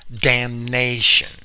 damnation